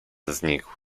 znikł